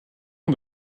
ont